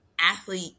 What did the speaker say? athlete